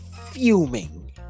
fuming